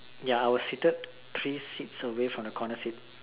ya I was sited three sits away from the corner sit